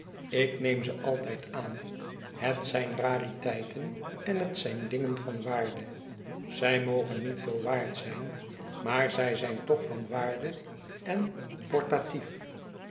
daarmee ikneem ze altijd aan het zijn rariteiten en het zijn dingen van waarde zij mogen niet veel waard zijn maar zij zijn toch van waarde en portatief